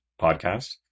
podcast